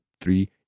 three